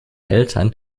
eltern